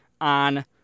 on